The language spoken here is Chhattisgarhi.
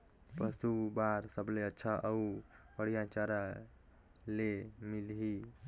पशु बार सबले अच्छा अउ बढ़िया चारा ले मिलही?